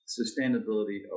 sustainability